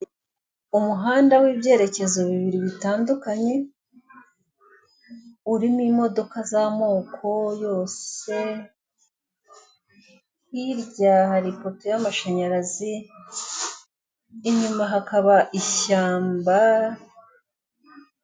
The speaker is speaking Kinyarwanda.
Umuhanda w'ibyerekezo bibiri bitandukanye, urimo imodoka z'amoko yose, hirya hari ipoto y'amashanyarazi, inyuma hakaba ishyamba;